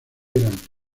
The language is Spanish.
eran